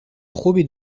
خوبی